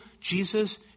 Jesus